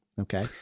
Okay